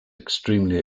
extremely